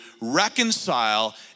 reconcile